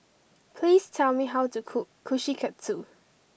please tell me how to cook Kushikatsu